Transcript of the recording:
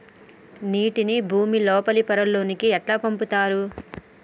నీటిని భుమి లోపలి పొరలలోకి ఎట్లా పంపుతరు?